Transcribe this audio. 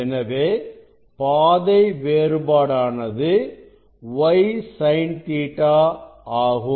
எனவே பாதை வேறுபாடானது y sin Ɵ ஆகும்